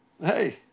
hey